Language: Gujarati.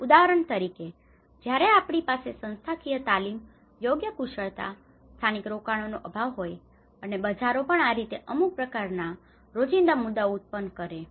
ઉદાહરણ તરીકે જ્યારે આપણી પાસે સંસ્થાકીય તાલીમ યોગ્ય કુશળતા સ્થાનિક રોકાણોનો અભાવ હોય અને બજારો પણ આ રીતે અમુક પ્રકારના રોજિંદા મુદ્દાઓ ઉત્પન્ન કરે છે